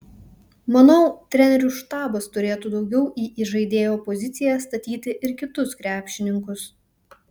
manau trenerių štabas turėtų daugiau į įžaidėjo poziciją statyti ir kitus krepšininkus